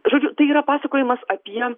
žodžiu tai yra pasakojimas apie